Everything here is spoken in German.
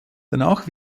danach